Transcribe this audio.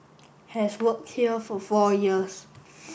has worked here for four years